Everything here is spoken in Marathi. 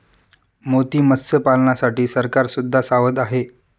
मोती मत्स्यपालनासाठी सरकार सुद्धा सावध आहे